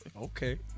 Okay